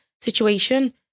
situation